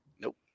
nope